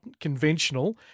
conventional